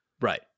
Right